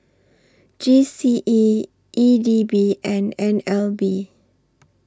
G C E E D B and N L B